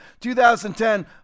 2010